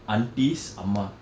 aunty's அம்மா:amma